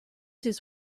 his